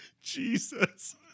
Jesus